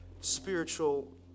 spiritual